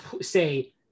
say